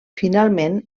finalment